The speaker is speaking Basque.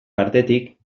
partetik